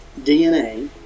DNA